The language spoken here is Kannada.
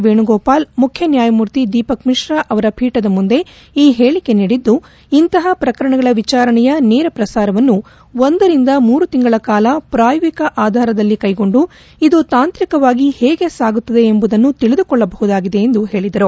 ವೇಣುಗೋಪಾಲ್ ಮುಖ್ಯನ್ನಾಯಮೂರ್ತಿ ದೀಪಕ್ ಮಿತ್ರ ಅವರ ಪೀಠದ ಮುಂದೆ ಈ ಹೇಳಕೆ ನೀಡಿದ್ದು ಇಂತಹ ಪ್ರಕರಣಗಳ ವಿಚಾರಣೆಯ ನೇರ ಪ್ರಸಾರವನ್ನು ಒಂದರಿಂದ ಮೂರು ತಿಂಗಳ ಕಾಲ ಪ್ರಯೋಗಿಕ ಆಧಾರದಲ್ಲಿ ಕೈಗೊಂಡು ಇದು ತಾಂತ್ರಿಕವಾಗಿ ಹೇಗೆ ಸಾಗುತ್ತದೆ ಎಂಬುವುದನ್ನು ತಿಳಿದುಕೊಳ್ಳಬಹುದಾಗಿದೆ ಎಂದು ಹೇಳದರು